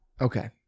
Okay